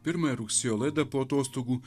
pirmąją rugsėjo laidą po atostogų